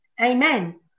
Amen